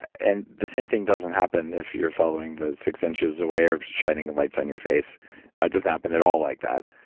and the same thing doesn't happen if you're following the six inches away or shining the lights on your face. it doesn't happen at all like that.